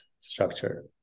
structure